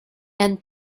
and